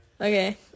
Okay